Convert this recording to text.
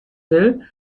will